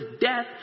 death